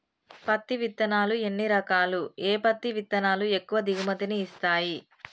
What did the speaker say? పత్తి విత్తనాలు ఎన్ని రకాలు, ఏ పత్తి విత్తనాలు ఎక్కువ దిగుమతి ని ఇస్తాయి?